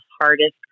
hardest